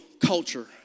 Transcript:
culture